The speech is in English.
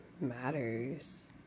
matters